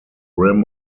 rim